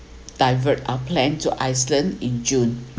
divert our plan to iceland in june